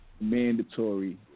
mandatory